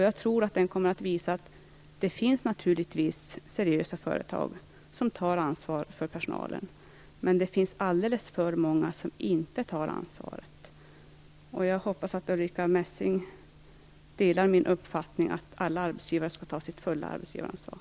Jag tror att den kommer att visa att det naturligtvis finns seriösa företag som tar ansvar för personalen, men det finns alldeles för många som inte tar ansvar. Jag hoppas att Ulrica Messing delar min uppfattning att alla arbetsgivare skall ta sitt fulla arbetsgivaransvar.